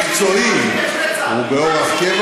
בין המשטרה,